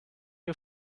you